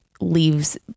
leaves